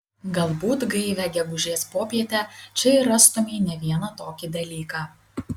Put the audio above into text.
galbūt gaivią gegužės popietę čia ir rastumei ne vieną tokį dalyką